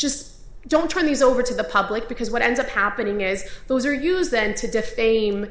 just don't turn these over to the public because what ends up happening is those are used then to defame